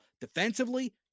Defensively